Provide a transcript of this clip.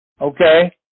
okay